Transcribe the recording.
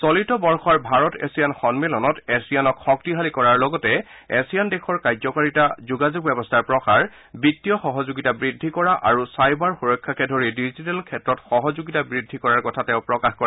চলিত বৰ্ষৰ ভাৰত এছিয়ান সন্মিলনত এছিয়ানক শক্তিশালী কৰাৰ লগতে এছিয়ান দেশৰ কাৰ্য্যকাৰিতা যোগাযোগ ব্যৱস্থাৰ প্ৰসাৰ বিত্তীয় সহযোগিতা বৃদ্ধি কৰা আৰু চাইবাৰ সুৰক্ষাকে ধৰি ডিজিটেল ক্ষেত্ৰত সহযোগিতা বৃদ্ধি কৰাৰ কথা তেওঁ প্ৰকাশ কৰে